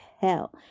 hell